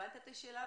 הבנת את השאלה?